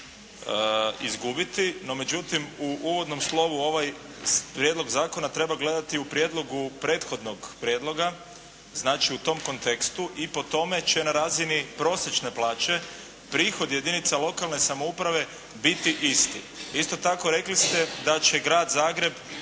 izgubiti. No međutim u uvodnom slovu ovaj prijedlog zakona treba gledati u prijedlogu prethodnog prijedloga, znači u tom kontekstu, i po tome će na razini prosječne plaće prihodi jedinica lokalne samouprave biti isti. Isto tako rekli ste da će Grad Zagreb